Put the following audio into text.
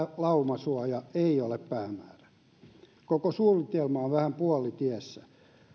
laumasuoja ei ole päämäärä koko suunnitelma on vähän puolitiessä